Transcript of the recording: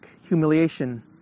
humiliation